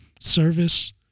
service